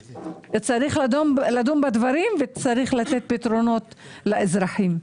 צריך לדון בדברים וצריך לתת פתרונות לאזרחים.